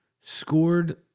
scored